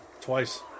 Twice